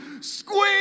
squeeze